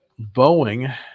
Boeing